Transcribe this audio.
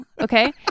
okay